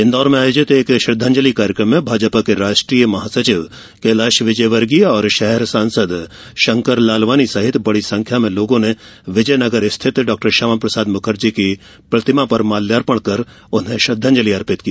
इंदौर में आयोजित एक श्रद्धांजलि कार्यक्रम में भाजपा के राष्ट्रीय महासचिव कैलाश विजयवर्गीय और शहर सांसद शंकर लालवानी सहित बड़ी संख्या में लोगों ने विजय नगर स्थित डॉक्टर श्यामाप्रसाद मुखर्जी की प्रतिमा पर माल्यार्पण कर उन्हें श्रद्धांजलि अर्पित की